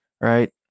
Right